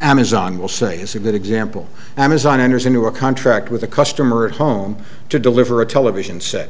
amazon will say it's a good example amazon enters into a contract with a customer at home to deliver a television set